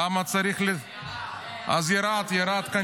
למה צריך --- ירד, ירד.